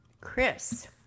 Chris